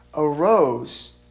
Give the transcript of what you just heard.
arose